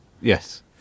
Yes